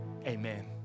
amen